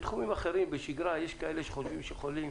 בתחומים אחרים, בשגרה, יש כאלה שחושבים שיכולים